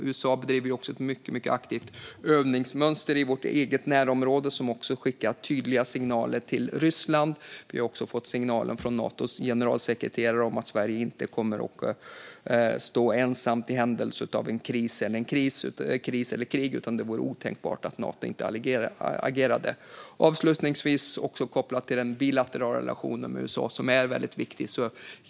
USA bedriver dessutom ett mycket aktivt övningsmönster i vårt närområde, vilket skickat tydliga signaler till Ryssland. Vi har också fått en signal från Natos generalsekreterare om att Sverige inte kommer att stå ensamt i händelse av en kris eller krig och att det vore otänkbart att Nato inte agerade. Avslutningsvis vill jag säga något om den bilaterala relationen med USA, som är väldigt viktig.